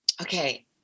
okay